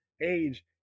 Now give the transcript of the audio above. age